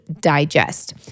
digest